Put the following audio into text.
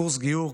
קורס גיור,